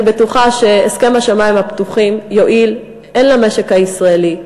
אני בטוחה שהסכם השמים הפתוחים יועיל הן למשק הישראלי,